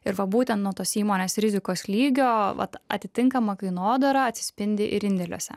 ir va būtent nuo tos įmonės rizikos lygio vat atitinkama kainodara atsispindi ir indėliuose